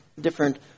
different